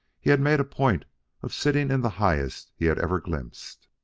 he had made a point of sitting in the highest he had ever glimpsed.